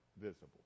visible